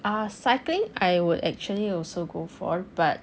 ah cycling I would actually also go for but